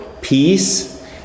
peace